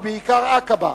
ובעיקר עקבה,